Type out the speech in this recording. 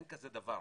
אין כזה דבר,